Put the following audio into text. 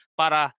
para